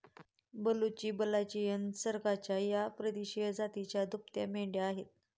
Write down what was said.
बलुची, बल्लाचियन, सिर्गजा या परदेशी जातीच्या दुभत्या मेंढ्या आहेत